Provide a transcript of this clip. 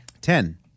Ten